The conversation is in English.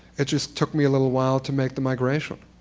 it just took me a little while to make the migration.